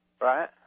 right